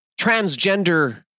transgender